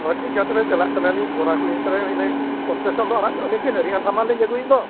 ᱦᱳᱭ ᱴᱷᱤᱠ ᱜᱮᱭᱟ ᱛᱚᱵᱮ ᱪᱟᱞᱟᱜ ᱠᱟᱱᱟᱧ ᱟᱹᱞᱤᱧ ᱵᱚᱨᱟ ᱠᱚᱞᱤᱧ ᱤᱫᱤ ᱛᱚᱨᱟᱭᱟ ᱤᱱᱟᱹ ᱠᱚ ᱠᱚᱱᱥᱮᱥᱚᱱ ᱫᱚ ᱟᱲᱟᱜ ᱧᱚᱜ ᱟᱹᱞᱤᱧ ᱵᱤᱱ ᱟᱹᱰᱤ ᱜᱟᱱ ᱥᱟᱢᱟᱱ ᱞᱤᱧ ᱟᱹᱜᱩᱭᱮᱫ ᱫᱚ